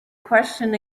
question